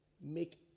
make